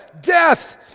death